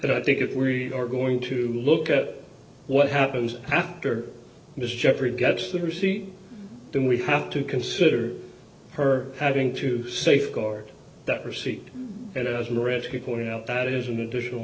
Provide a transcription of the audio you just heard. and i think if we are going to look at what happens after this jeffrey gets the receipt then we have to consider her having to safeguard that receipt and as richard pointed out that is an additional